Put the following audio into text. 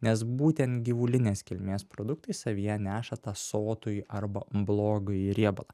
nes būten gyvulinės kilmės produktai savyje neša tą sotųjį arba blogąjį riebalą